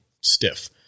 stiff